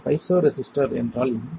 piezoresistor என்றால் என்ன